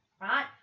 Right